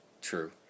True